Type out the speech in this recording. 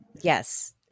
Yes